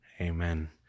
Amen